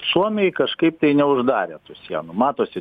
suomiai kažkaip tai neuždarė tų sienų matosi